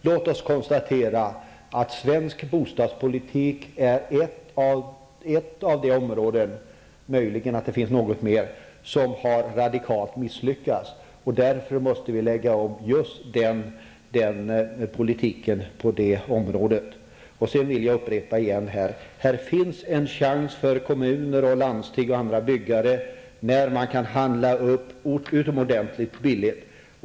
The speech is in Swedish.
Låt oss konstatera att svensk bostadspolitik är ett av de områden -- möjligen finns det fler -- som radikalt misslyckats. Därför måste vi lägga om politiken på det området. Till slut vill jag upprepa: Här finns en chans för kommuner, landsting och andra byggare att handla upp utomordentligt billigt.